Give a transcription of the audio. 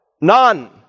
none